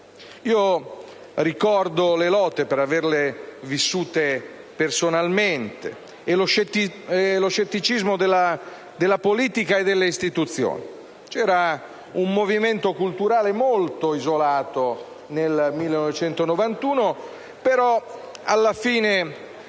Ricordo le lotte, per averle vissute personalmente, e lo scetticismo della politica e delle istituzioni. C'era un movimento culturale molto isolato nel 1991, ma alla fine